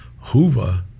Hoover